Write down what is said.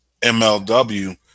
mlw